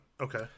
Okay